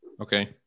Okay